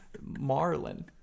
marlin